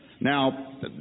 Now